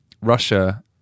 Russia